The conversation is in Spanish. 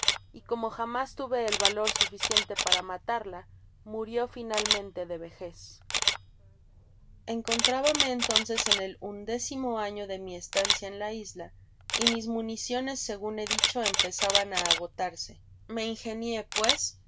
y como jamás tuve el valor suficiente para matarla murió finalmente de vejez encotrábame entonces en el undécimo año de mi estancia en la isla y mis municiones segun he dicho empezaban á agotarse me ingenié pues